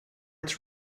its